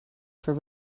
for